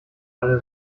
alle